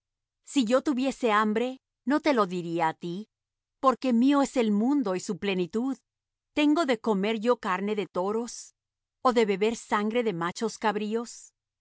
si yo tuviese hambre no te lo diría á ti porque mío es el mundo y su plenitud tengo de comer yo carne de toros o de beber sangre de machos cabríos